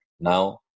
now